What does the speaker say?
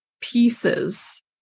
pieces